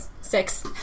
six